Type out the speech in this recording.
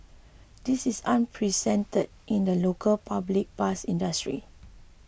this is unprecedented in the local public bus industry